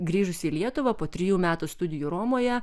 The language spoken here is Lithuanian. grįžusi į lietuvą po trijų metų studijų romoje